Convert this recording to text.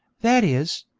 that is,